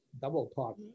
double-talk